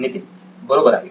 नितीन बरोबर आहे